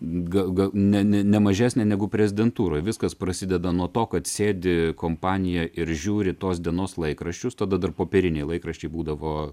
gal gal ne ne ne mažesnė negu prezidentūroj viskas prasideda nuo to kad sėdi kompanija ir žiūri tos dienos laikraščius tada dar popieriniai laikraščiai būdavo